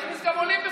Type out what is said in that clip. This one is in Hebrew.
נכניס גם עולים בפנים?